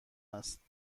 است